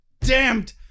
Damned